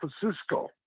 Francisco